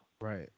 Right